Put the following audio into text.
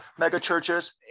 megachurches